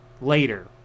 later